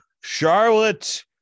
Charlotte